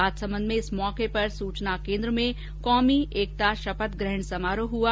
राजसमन्द में इस मौके पर सूचना केन्द्र में कौमी एकता शपथग्रहण समारोह हुआ